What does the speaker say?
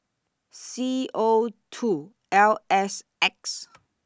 C O two L S X